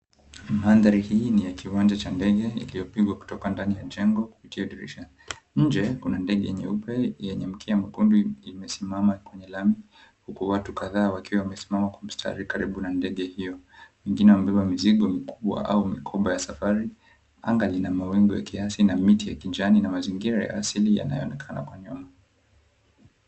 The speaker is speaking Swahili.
Mandhari hii ni ya kiwanja cha ndege ikipigwa kutoka ndani ya jengo kupitia dirisha. Nje kuna ndege nyeupe yenye mkia mwekundu imesimama kwenye lami huku watu kadhaa wakiwa wamesimama kwa mstari karibu na ndege hiyo. Wengine wamebeba mizigo mikubwa au mikoba ya safari, anga lina mawingu ya kiasi na miti ya kijani na mazingira ya asili yanayoonekana kwa nyuma.